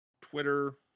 Twitter